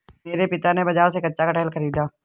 मेरे पिता ने बाजार से कच्चा कटहल खरीदा